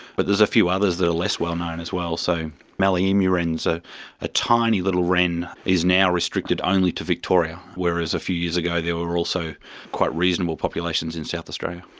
but there's a few others that are less well known as well, so mallee emu-wrens, ah a tiny little wren, is now restricted only to victoria, whereas a few years ago there were also quite reasonable populations in south australia.